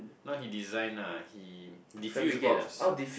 not he design lah he defuse bombs